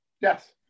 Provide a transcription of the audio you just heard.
Yes